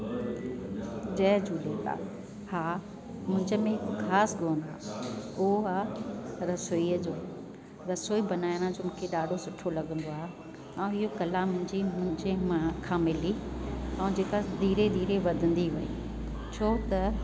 जय झूलेलाल हा मुंहिंजे में ख़ासि गुण आहे उहो आहे रसोई जो रसोई बनाइण मूंखे ॾाढो सुठो लॻंदो आहे ऐं इहा कला मुंहिंजी मुंहिंजी माउ खां मिली ऐं जेका धीरे धीरे वधंदी वई छो त